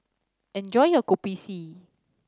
enjoy your Kopi C